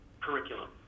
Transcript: curriculum